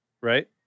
right